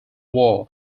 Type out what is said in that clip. war